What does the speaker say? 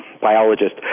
biologist